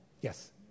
Yes